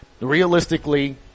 realistically